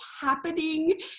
happening